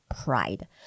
pride